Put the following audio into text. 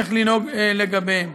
איך לנהוג לגביהם.